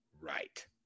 Right